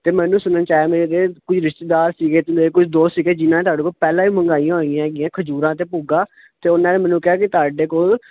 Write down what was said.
ਅਤੇ ਮੈਨੂੰ ਸੁਣਨ 'ਚ ਆਇਆ ਮੇਰੇ ਕੋਈ ਰਿਸ਼ਤੇਦਾਰ ਸੀਗੇ ਅਤੇ ਮੇਰੇ ਕੁਝ ਦੋਸਤ ਸੀਗੇ ਜਿਨ੍ਹਾਂ ਤੁਹਾਡੇ ਕੋਲ ਪਹਿਲਾਂ ਹੀ ਮੰਗਵਾਈਆਂ ਹੋਈਆਂ ਹੈਗੀਆਂ ਖਜੂਰਾਂ ਅਤੇ ਭੁੱਗਾ ਅਤੇ ਉਹਨਾਂ ਨੇ ਮੈਨੂੰ ਕਿਹਾ ਕਿ ਤੁਹਾਡੇ ਕੋਲ